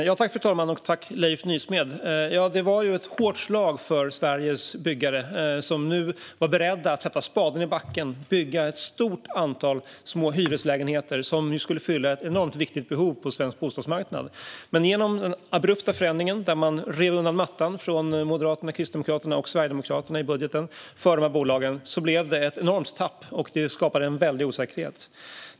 Fru talman! Tack, Leif Nysmed! Ja, det var ett hårt slag för Sveriges byggare, som var beredda att sätta spaden i backen och bygga ett stort antal små hyreslägenheter som skulle fylla ett enormt viktigt behov på svensk bostadsmarknad. Genom den abrupta förändringen när Moderaterna, Kristdemokraterna och Sverigedemokraterna rev undan mattan för dessa bolag i budgeten blev det ett enormt tapp, och det skapade en väldig osäkerhet.